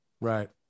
Right